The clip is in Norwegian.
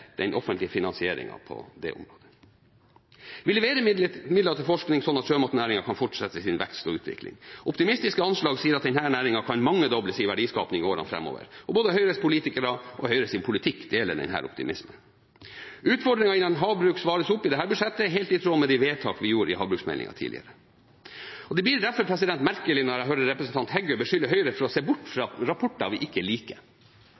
den offentlige finanseringen på det området. Vi leverer midler til forskning, slik at sjømatnæringen kan fortsette sin vekst og utvikling. Optimistiske anslag sier at denne næringen kan mangedoble sin verdiskaping i årene framover. Både Høyres politikere og Høyres politikk deler denne optimismen. Utfordringene innen havbruk svares opp i dette budsjettet, helt i tråd med de vedtak vi gjorde i forbindelse med havbruksmeldingen tidligere. Det blir derfor merkelig når jeg hører representanten Heggø beskylde Høyre for å se bort fra rapporter vi ikke liker.